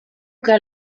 que